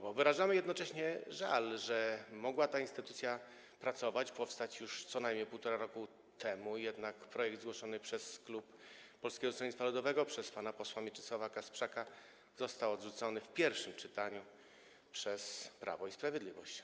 Wyrażamy jednocześnie żal, że ta instytucja mogła pracować, powstać już co najmniej 1,5 roku temu, jednak projekt zgłoszony przez klub Polskiego Stronnictwa Ludowego, przez pana posła Mieczysława Kasprzaka został odrzucony w pierwszym czytaniu przez Prawo i Sprawiedliwość.